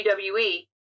WWE